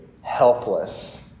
helpless